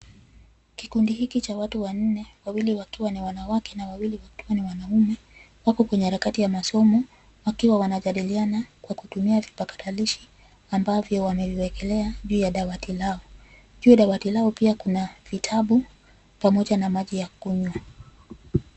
Kikundi hiki cha watu wanne, wawili wakiwa ni wanawake na wawili wakiwa ni wanaume. Wako kwenye harakati ya masomo, wakiwa wanajadiliana kwa kutumia vipakatalishi ambavyo wamewekelea juu ya dawati lao, juu ya dawati lao pia kuna vitabu pamoja na maji ya kunywa.